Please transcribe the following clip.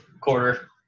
quarter